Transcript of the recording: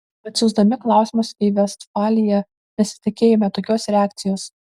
atsiųsdami klausimus į vestfaliją nesitikėjome tokios reakcijos